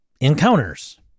encounters